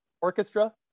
Orchestra